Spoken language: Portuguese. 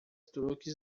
truques